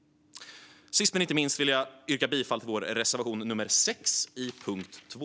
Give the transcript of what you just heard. Slutligen vill jag yrka bifall till vår reservation nummer 6 under punkt 2.